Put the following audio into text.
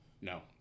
No